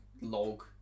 log